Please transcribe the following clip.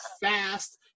fast